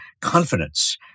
confidence